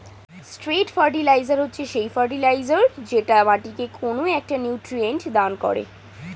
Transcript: straight fertiliser হচ্ছে সেই fertiliser যেটা মাটিকে কোনো একটা নিউট্রিয়েন্ট দান করে